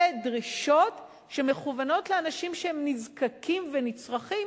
אלה דרישות שמכוונות לאנשים שהם נזקקים ונצרכים,